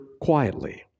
quietly